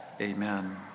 Amen